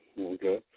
Okay